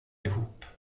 ihop